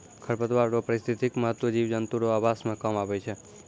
खरपतवार रो पारिस्थितिक महत्व जिव जन्तु रो आवास मे काम आबै छै